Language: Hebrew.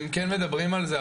כן מדברים על זה,